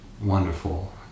wonderful